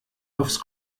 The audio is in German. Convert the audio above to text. aufs